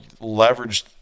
leveraged